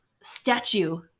statue